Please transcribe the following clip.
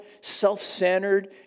self-centered